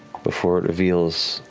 before it reveals